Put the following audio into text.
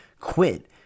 quit